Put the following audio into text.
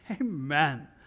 Amen